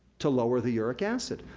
to lower the uric acid.